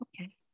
Okay